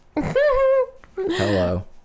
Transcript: Hello